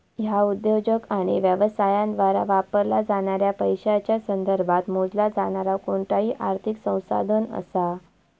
ह्या उद्योजक आणि व्यवसायांद्वारा वापरला जाणाऱ्या पैशांच्या संदर्भात मोजला जाणारा कोणताही आर्थिक संसाधन असा